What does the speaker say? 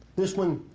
this one,